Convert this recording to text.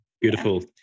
Beautiful